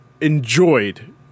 enjoyed